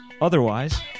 Otherwise